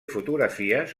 fotografies